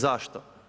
Zašto?